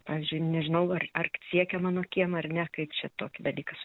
pavyzdžiui nežinau ar ar siekia mano kiemą ar ne kaip čia toki dalykas